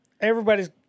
Everybody's